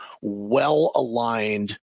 well-aligned